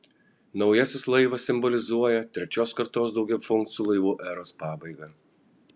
naujasis laivas simbolizuoja trečios kartos daugiafunkcių laivų eros pabaigą